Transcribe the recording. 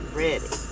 ready